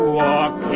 walk